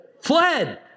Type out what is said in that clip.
Fled